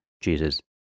Jesus